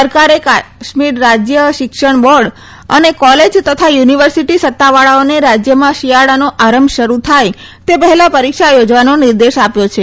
સરકારે કાશ્મીર રાજય શિક્ષણ બોર્ડ અને કોલેજ તથા યુનીવર્સીટી સત્તાવાળાઓને રાજયમાં શિથાળાનો આરંભ શરૂ થાય તે પહેલા પરીક્ષા યોજવાનો નિર્દેશ આપ્યો છે